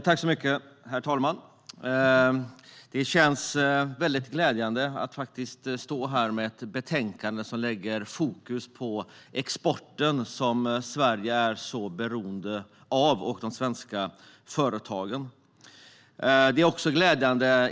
Herr talman! Det känns väldigt glädjande att stå här med ett betänkande som lägger fokus på exporten, som Sverige och de svenska företagen är så beroende av.